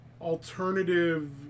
alternative